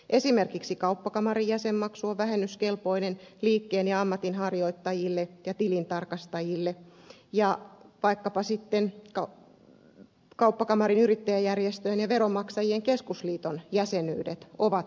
esimerkiksi kauppakamarin jäsenmaksu on vähennyskelpoinen liikkeen ja ammatinharjoittajille ja tilintarkastajille ja vaikkapa sitten kauppakamarin yrittäjäjärjestöjen ja veronmaksajain keskusliiton jäsenyydet ovat